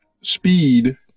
speed